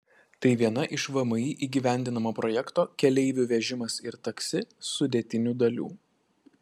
tai viena iš vmi įgyvendinamo projekto keleivių vežimas ir taksi sudėtinių dalių